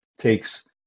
takes